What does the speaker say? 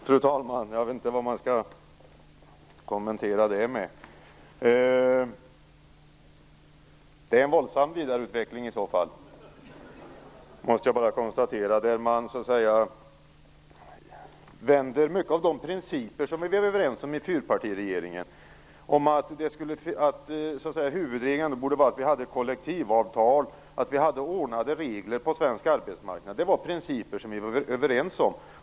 Fru talman! Jag vet inte hur jag skall kommentera det som nyss sades. Jag kan bara konstatera att det i så fall är en våldsam vidareutveckling, där man vänder på många av de principer som vi i fyrpartiregeringen blev överens om. Huvudregeln borde vara att vi har kollektivavtal och ordnade regler på svensk arbetsmarknad. De principerna var vi överens om.